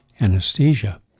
anesthesia